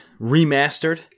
remastered